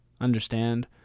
understand